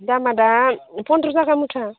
दामा दा फन्द्र' थाखा मुथा